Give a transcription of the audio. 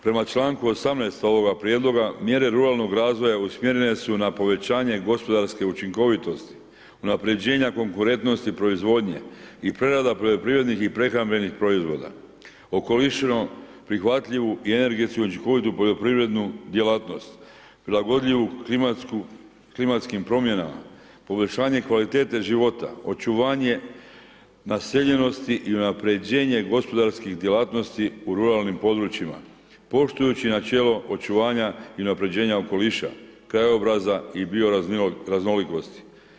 Prema članku 18. ovoga prijedloga, mjere ruralnog razvoja usmjerene su na povećanje gospodarske učinkovitosti, unaprjeđenja konkurentnosti proizvodnje i prerada poljoprivrednih i prehrambenih proizvoda, okolišno prihvatljivu i energetsku učinkovitu poljoprivrednu djelatnost, prilagodljivu klimatskim promjenama, poboljšanje kvalitete života, očuvanje naseljenosti i unaprjeđenje gospodarskih djelatnosti u ruralnim područjima poštujući načelo očuvanja i unaprjeđenja okoliša, krajobraza i bioraznolikosti.